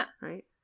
Right